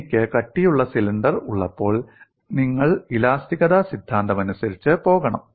എനിക്ക് കട്ടിയുള്ള സിലിണ്ടർ ഉള്ളപ്പോൾ നിങ്ങൾ ഇലാസ്തികത സിദ്ധാന്തമനുസരിച്ച് പോകണം